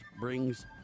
brings